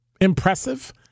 impressive